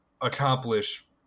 accomplish